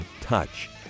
touch